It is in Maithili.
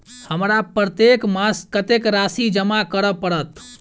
हमरा प्रत्येक मास कत्तेक राशि जमा करऽ पड़त?